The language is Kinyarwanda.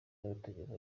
n’amategeko